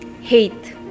hate